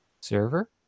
server